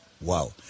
Wow